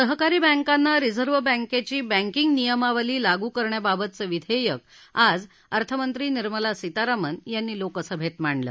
सहकारी बँकांना रिझर्व्ह बँकेची बँकींग नियमावली लागू करण्याबाबतचं विधेयक आज अर्थमंत्री निर्मला सीतारामन यांनी लोकसभेत मांडलं